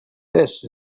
this